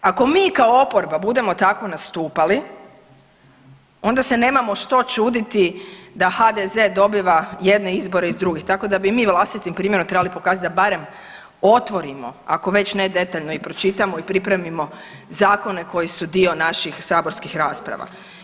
Ako mi kao oporba budemo tako nastupali onda se nemamo što čuditi da HDZ dobiva jedne izbore iz drugih, tako da mi vlastitim primjerom trebali pokazati da barem otvorimo ako već ne detaljno i pročitamo i pripremimo zakone koji su dio naših saborskih rasprava.